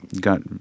got